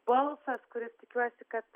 balsas kuris tikiuosi kad